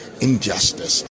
injustice